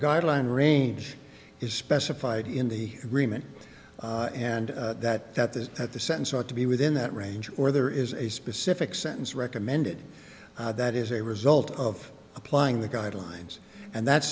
guideline range is specified in the agreement and that that is at the sentence ought to be within that range or there is a specific sentence recommended that is a result of applying the guidelines and that's